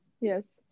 Yes